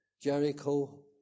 Jericho